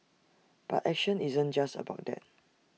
but action isn't just about that